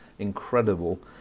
incredible